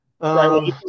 Right